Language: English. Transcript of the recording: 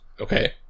Okay